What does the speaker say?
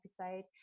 episode